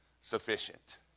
sufficient